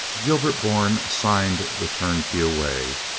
gilbert bourne signed the turnkey away.